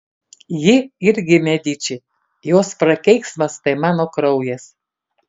ji irgi mediči jos prakeiksmas tai mano kraujas